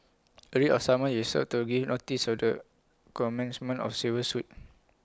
A writ of summons is served to give notice of the commencement of civil suit